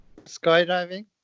Skydiving